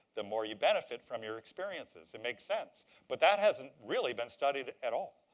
the more you benefit from your experiences. it makes sense. but that hasn't really been studied at all.